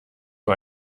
nur